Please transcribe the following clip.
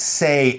say